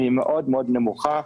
מאוד מאוד נמוכה.